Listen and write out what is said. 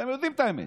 אתם יודעים את האמת,